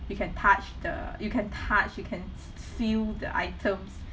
we can touch the you can touch you can f~ feel the items